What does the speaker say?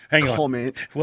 comment